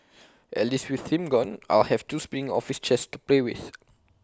at least with him gone I'll have two spinning office chairs to play with